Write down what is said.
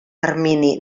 termini